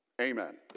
Amen